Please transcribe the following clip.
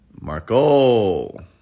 marco